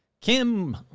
kim